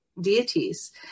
deities